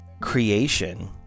creation